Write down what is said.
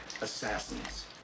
assassins